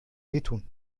wehtun